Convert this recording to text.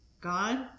God